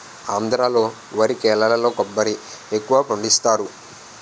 ఆంధ్రా లో వరి కేరళలో కొబ్బరి ఎక్కువపండిస్తారు